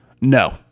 No